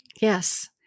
Yes